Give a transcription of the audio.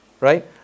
Right